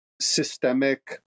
systemic